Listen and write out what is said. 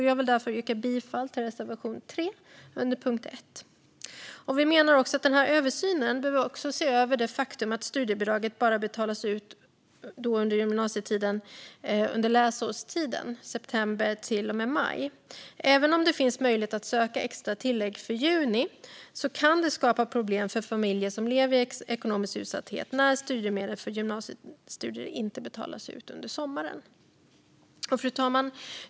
Jag vill därför yrka bifall till reservation 3 under punkt 1. Vi menar att man vid den översynen också bör se över det faktum att studiebidraget under gymnasietiden bara betalas ut under läsåret, från september till och med maj. Även om det finns möjlighet att söka extra tillägg för juni kan det skapa problem för familjer som lever i ekonomisk utsatthet att studiemedel för gymnasiestudier inte betalas ut under sommaren. Fru talman!